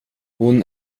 hon